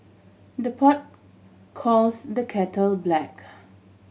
the pot calls the kettle black